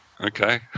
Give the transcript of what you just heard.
okay